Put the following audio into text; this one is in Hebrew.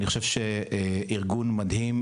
אני חושב שארגון מדהים,